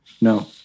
No